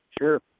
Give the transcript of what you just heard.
Sure